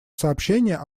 сообщения